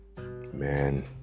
Man